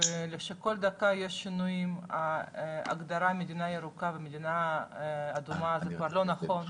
ושכל דקה יש שינויים ההגדרה מדינה ירוקה ומדינה אדומה זה כבר לא נכון,